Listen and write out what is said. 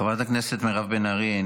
חברת הכנסת מירב בן ארי,